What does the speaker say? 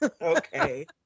Okay